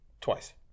Twice